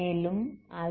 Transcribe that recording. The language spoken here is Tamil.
மேலும் 20